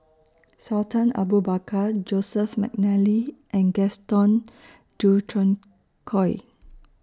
Sultan Abu Bakar Joseph Mcnally and Gaston Dutronquoy